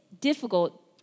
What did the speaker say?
difficult